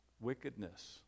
Wickedness